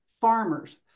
farmers